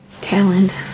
Talent